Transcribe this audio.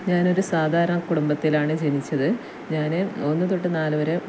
ഞാനൊരു സാധാരണ കുടുംബത്തിലാണ് ജനിച്ചത് ഞാൻ ഒന്ന് തൊട്ട് നാല് വരെ